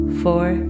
four